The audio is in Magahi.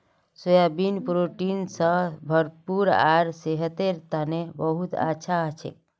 सोयाबीन प्रोटीन स भरपूर आर सेहतेर तने बहुत अच्छा हछेक